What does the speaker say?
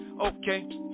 okay